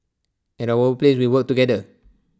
at our work places we work together